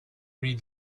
read